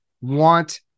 want